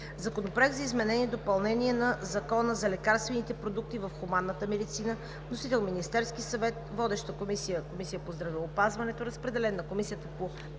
Законопроект за изменение и допълнение на Закона за лекарствените продукти в хуманната медицина. Вносител е Министерският съвет. Водеща е Комисията по здравеопазването. Разпределен е на Комисията по